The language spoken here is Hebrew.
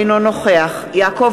אינו נוכח יעקב